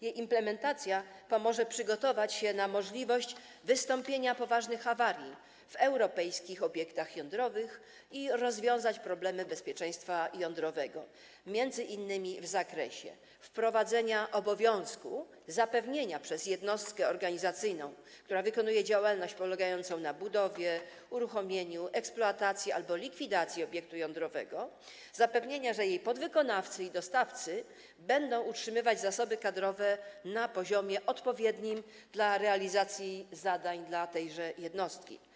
Jej implementacja pomoże przygotować się na możliwość wystąpienia poważnych awarii w europejskich obiektach jądrowych i rozwiązać problemy bezpieczeństwa jądrowego, m.in. w zakresie: wprowadzania obowiązku zapewnienia przez jednostkę organizacyjną, która wykonuje działalność polegającą na budowie, uruchomieniu, eksploatacji, albo likwidacji obiektu jądrowego, że jej podwykonawcy i dostawcy będą utrzymywać zasoby kadrowe na poziomie odpowiednim do realizacji zadań dla tejże jednostki.